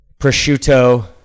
Prosciutto